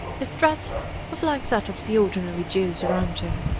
his dress was like that of the ordinary jews around him,